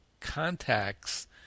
contacts